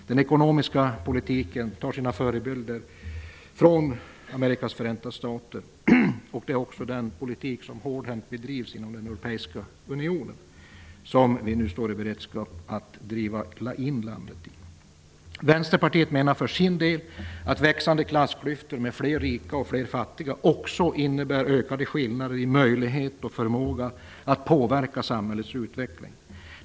Den ekonomiska politiken tar sina förebilder från Amerikas förenta stater. Det är också den politik som hårdhänt bedrivs inom den europeiska unionen, som vi nu står i begrepp att driva in landet i. Vänsterpartiet menar för sin del att växande klassklyftor med fler rika och fler fattiga också innebär ökade skillnader i möjligheter och förmåga att påverka samhällets utveckling.